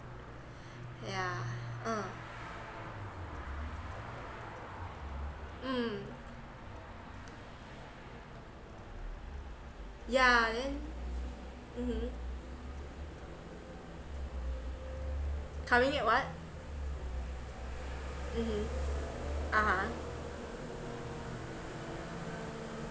yeah uh mm yeah then mmhmm coming it what mmhmm (uh huh)